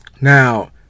now